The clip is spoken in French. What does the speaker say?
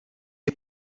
est